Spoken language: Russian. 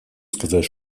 сказать